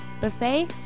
Buffet